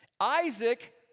Isaac